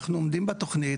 אנחנו עומדים בתוכנית.